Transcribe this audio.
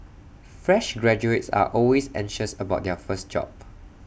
fresh graduates are always anxious about their first job